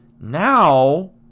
now